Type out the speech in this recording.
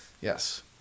Yes